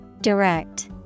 Direct